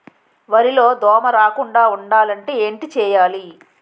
వరిలో దోమ రాకుండ ఉండాలంటే ఏంటి చేయాలి?